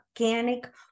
organic